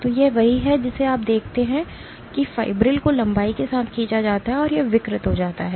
तो यह वही है जिसे आप देखते हैं कि फिब्रिल को लंबाई के साथ खींचा जाता है और यह विकृत हो जाता है